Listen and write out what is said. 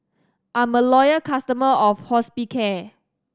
I'm a loyal customer of Hospicare